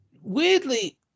weirdly